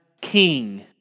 King